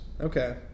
okay